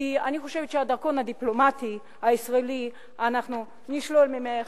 כי אני חושבת שאת הדרכון הדיפלומטי הישראלי אנחנו נשלול ממך,